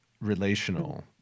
relational